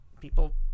people